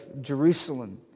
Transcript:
Jerusalem